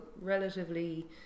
relatively